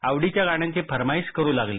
आवडीच्या गाण्यांची फर्माईश करू लागले